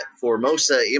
Formosa